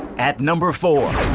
at number four.